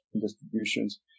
distributions